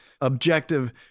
objective